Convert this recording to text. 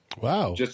Wow